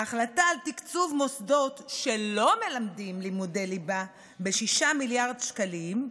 ההחלטה על תקצוב מוסדות שלא מלמדים לימודי ליבה ב-6 מיליארד שקלים,